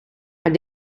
maar